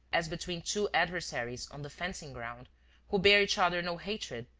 as between two adversaries on the fencing-ground who bear each other no hatred,